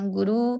Guru